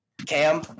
Cam